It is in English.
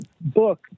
book